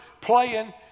playing